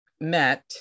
met